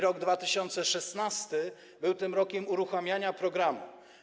Rok 2016 był tym rokiem uruchamiania programu.